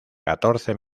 catorce